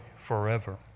forever